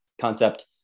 concept